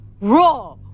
Raw